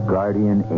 Guardian